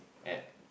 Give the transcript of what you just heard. at